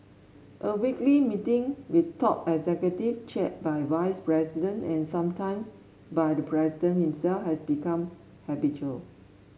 a weekly meeting with top executive chaired by vice president and sometimes by the president himself has become habitual